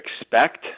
expect